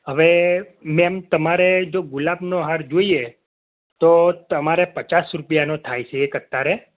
હવે મેમ તમારે તો ગુલાબનો હાર જોઈએ તો તમારે પચાસ રૂપિયાનો થાય છે એક અતારે